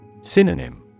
Synonym